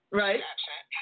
right